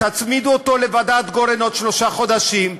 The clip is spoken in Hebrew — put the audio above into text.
תצמידו אותו לוועדת גורן עוד שלושה חודשים,